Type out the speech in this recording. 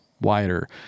wider